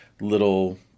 little